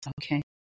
Okay